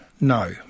No